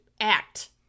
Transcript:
act